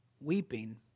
weeping